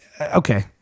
Okay